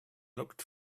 looked